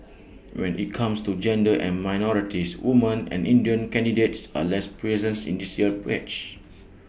when IT comes to gender and minorities women and Indian candidates are less presents in this year's batch